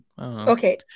Okay